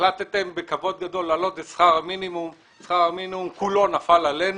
החלטתם בכבוד גדול להעלות את שכר המינימום וכולו נפל עלינו.